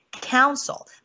Council